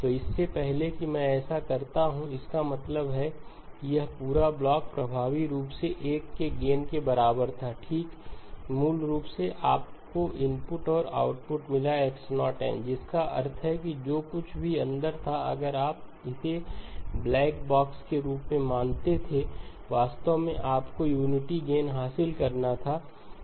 तो इससे पहले कि मैं ऐसा करता हूं इसका मतलब है कि यह पूरा ब्लॉक प्रभावी रूप से 1 के गेन के बराबर था ठीक है मूल रूप से आपको इनपुट और आउटपुट मिला X0 n जिसका अर्थ है कि जो कुछ भी अंदर था अगर आप इसे ब्लैक बॉक्स के रूप में मानते थे वास्तव में आपको यूनिटी गेन हासिल करना था ठीक